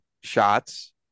shots